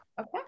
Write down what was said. okay